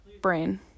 brain